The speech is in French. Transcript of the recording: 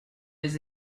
les